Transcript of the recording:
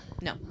No